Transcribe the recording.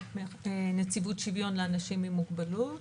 בנציבות שוויון לאנשים עם מוגבלות.